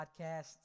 podcast